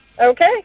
Okay